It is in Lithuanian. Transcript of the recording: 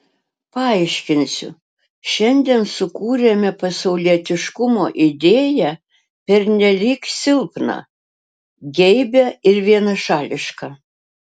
paaiškinsiu šiandien sukūrėme pasaulietiškumo idėją pernelyg silpną geibią ir vienašališką